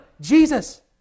Jesus